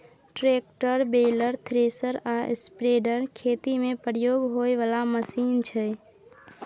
tractor, baler, thresher आ spreader खेती मे प्रयोग होइ बला मशीन छै